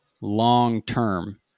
long-term